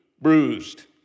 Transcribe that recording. bruised